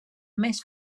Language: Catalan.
més